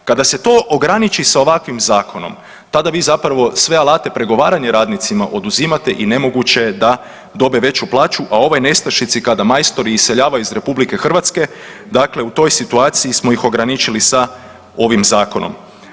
Kada se to ograniči sa ovakvim zakonom tada vi zapravo sve alate pregovaranja radnicima oduzimate i nemoguće je da dobe veću plaću, a u ovoj nestašici kada majstori iseljavaju iz RH dakle u toj situaciji smo ih ograničili sa ovim zakonom.